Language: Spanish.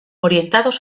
orientados